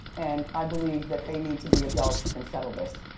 and i believe that they need to be adults and settle this.